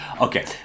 Okay